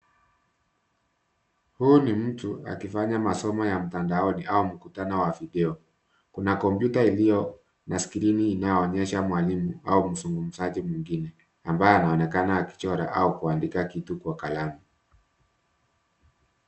Huyu ni mtu akifanya masomo ya mtandaoni au mkutano wa video. Kuna kompyuta iliyo na skrini inaonyesha mwalimu au mzungumzaji mwingine ambaye anaonekana akichora au kuandika kitu kwa kalamu.